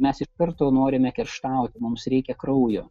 mes iš karto norime kerštaut mums reikia kraujo